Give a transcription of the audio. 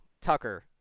tucker